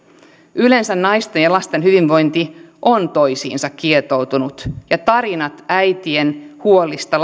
yleensä naisten hyvinvointi ja lasten hyvinvointi ovat toisiinsa kietoutuneita ja tarinat äitien huolista